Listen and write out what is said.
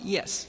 Yes